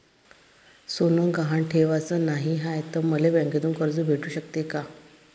सोनं गहान ठेवाच नाही हाय, त मले बँकेतून कर्ज भेटू शकते का?